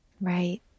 Right